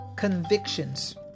Convictions